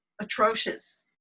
atrocious